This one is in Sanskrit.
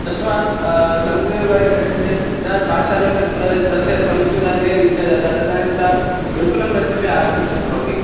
तस्मात् संस्कृतविभागे गच्छन्ति चेत् इदानीं पाठशालामपि तस्य संस्कृताध्ययने इच्छा जाता तदानीं सः गुरुकुलं प्रत्यपि आगन्तुं शक्नोति